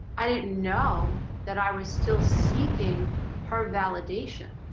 i didn't know that i was still seeking her validation.